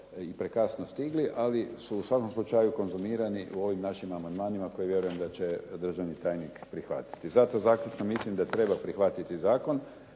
i prekasno stigli, ali su u svakom slučaju konzumirani u ovim našim amandmanima koji vjerujem da će državni tajnik prihvatiti. Zato zaključno mislim da treba prihvatiti sa